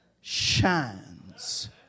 Shines